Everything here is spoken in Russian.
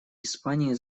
испании